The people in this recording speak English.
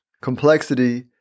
complexity